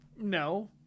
no